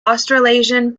australasian